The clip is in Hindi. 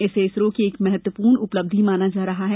इसे इसरो की एक महत्वपूर्ण उपलब्धि माना जा रहा है